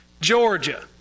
Georgia